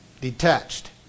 Detached